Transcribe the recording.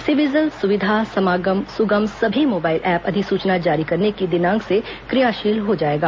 सिविजिल सुविधा समाधान सुगम सभी मोबाइल ऐप अधिसूचना जारी करने के दिनांक से क्रियाशील हो जाएगा